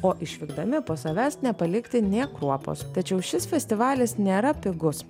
o išvykdami po savęs nepalikti nė kruopos tačiau šis festivalis nėra pigus